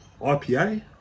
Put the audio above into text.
IPA